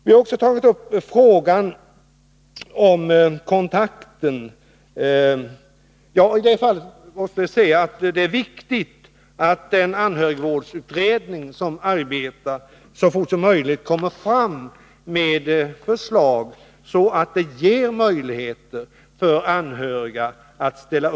I det sammanhanget vill jag påpeka att det är väsentligt att den pågående anhörigvårdskommittén så snart som möjligt 61 lägger fram förslag som gör det möjligt för anhöriga att ställa upp.